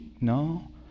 No